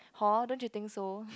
hor don't you think so